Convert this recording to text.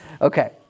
okay